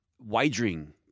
wagering